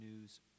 news